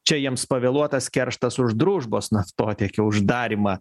čia jiems pavėluotas kerštas už družbos naftotiekio uždarymą